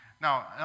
Now